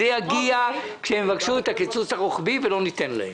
זה יגיע כשהם יבקשו את הקיצוץ הרוחבי ואנחנו לא ניתן להם.